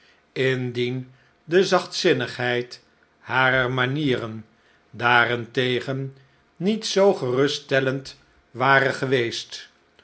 indien de zachtzinnigheid harer manieren daarentegen niet zoo geruststellend ware geweest